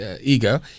ego